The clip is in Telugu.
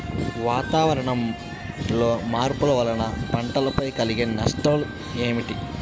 వాతావరణంలో మార్పుల వలన పంటలపై కలిగే నష్టం ఏమిటీ?